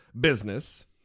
business